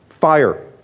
Fire